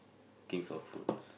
kings of fruits